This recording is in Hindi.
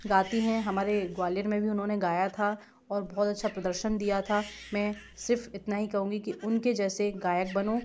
गाती हैं हमारे ग्वालियर में भी उन्होंने गाया था और बहुत अच्छा प्रदर्शन दिया था मे सिर्फ इतना ही कहूँगी कि उनके जैसे गायक बनो